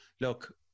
look